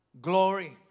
glory